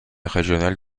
régional